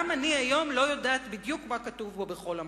גם אני היום לא יודעת בדיוק מה כתוב בכל עמוד.